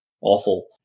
awful